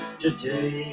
today